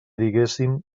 diguéssim